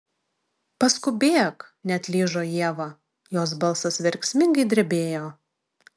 paskubėk neatlyžo ieva jos balsas verksmingai drebėjo